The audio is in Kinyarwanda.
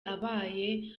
abaye